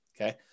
Okay